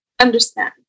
understand